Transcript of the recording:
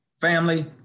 Family